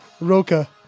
roca